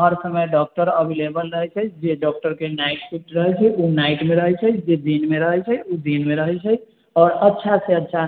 हर समय doctor available रहै छै जे डॉक्टर के नाइट शिफ्ट रहै छै ओ नाइट मे रहै छै जे दिन मे रहै छै ओ दिन मे रहै छै और अच्छा से अच्छा